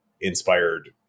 inspired